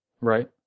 Right